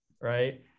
right